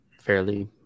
fairly